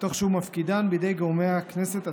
תוך שהוא מפקידן בידי גורמי הכנסת עצמה.